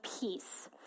peace